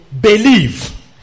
believe